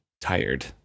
tired